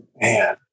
Man